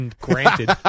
Granted